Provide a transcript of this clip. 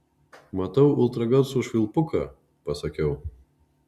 matau ultragarso švilpuką pasakiau